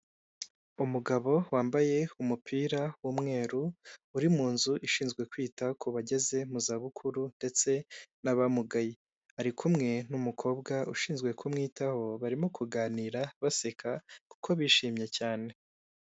Umugabo wambaye umupira w'umweru uri mu nzu ishinzwe kwita ku bageze mu za bukuru ndetse n'abamugaye, ari kumwe n'umukobwa ushinzwe kumwitaho barimo kuganira baseka kuko bishimye cyane.